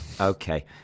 Okay